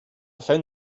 found